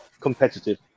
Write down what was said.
competitive